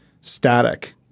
static